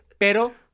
Pero